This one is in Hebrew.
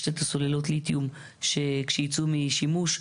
יש את סוללות הליתיום שיצאו משימוש.